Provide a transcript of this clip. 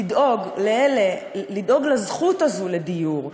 לדאוג לזכות הזאת לדיור,